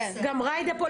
גם ג'ידא פה.